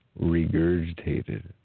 regurgitated